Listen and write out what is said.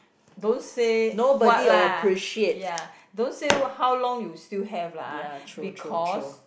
don't say what lah ya don't say how long you still have lah because